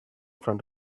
front